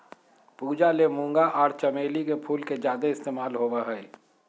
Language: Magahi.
पूजा ले मूंगा आर चमेली के फूल के ज्यादे इस्तमाल होबय हय